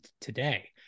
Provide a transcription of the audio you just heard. today